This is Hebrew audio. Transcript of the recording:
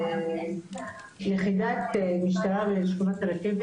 יחידת משטרה בשכונת הרכבת,